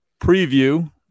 preview